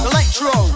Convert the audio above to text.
Electro